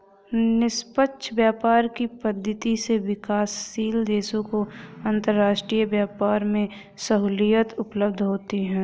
निष्पक्ष व्यापार की पद्धति से विकासशील देशों को अंतरराष्ट्रीय व्यापार में सहूलियत उपलब्ध होती है